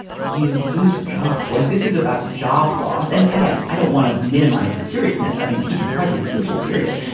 you lose your job. like this is about job loss. and again, i don't want to minimize the seriousness of impeaching a president's usually serious,